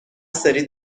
سری